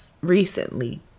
recently